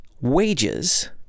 wages